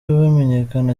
bamenyekana